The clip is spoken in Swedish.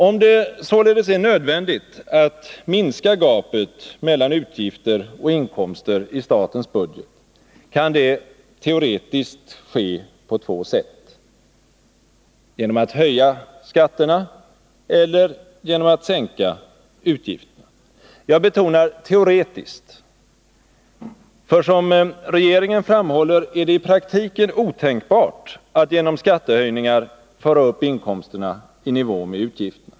Om det således är nödvändigt att minska gapet mellan utgifter och inkomster i statens budget, kan det teoretiskt ske på två sätt: genom höjning av skatterna eller genom sänkning av utgifterna. Jag betonar teoretiskt. För som regeringen framhåller är det i praktiken otänkbart att genom skattehöjningar föra upp inkomsterna i nivå med utgifterna.